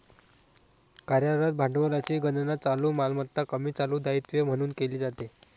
कार्यरत भांडवलाची गणना चालू मालमत्ता कमी चालू दायित्वे म्हणून केली जाते